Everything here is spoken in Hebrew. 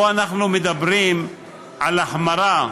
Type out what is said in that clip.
פה אנחנו מדברים על החמרה.